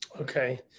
Okay